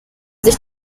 sich